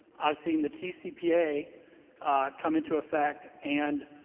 i've seen the tcpa come into effect, and